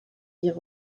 hier